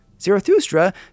Zarathustra